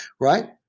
right